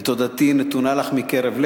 ותודתי נתונה לך מקרב לב.